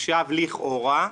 עכשיו לכאורה,